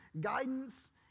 guidance